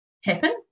happen